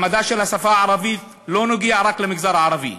מעמדה של השפה הערבית לא נוגע רק למגזר הערבי